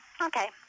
Okay